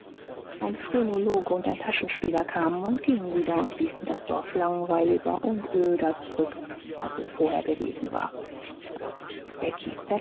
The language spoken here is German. ein phrenologe und ein taschenspieler kamen und gingen wieder und ließen das dorf langweiliger und öder zurück als es vorher gewesen war becky